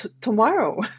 tomorrow